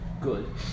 Good